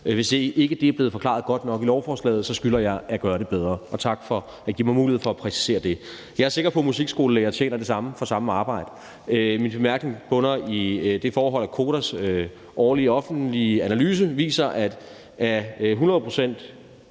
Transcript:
hvis ikke det er blevet forklaret godt nok i lovforslaget, så skylder jeg at gøre det bedre. Tak for at give mig mulighed for at præcisere det. Jeg er sikker på, at musikskolelærere tjener det samme for det samme arbejde. Min bemærkning udspringer af det forhold, at KODA's årlige offentlige analyse viser, at af 100 pct.